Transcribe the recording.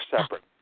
separate